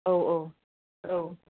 औ औ औ